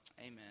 Amen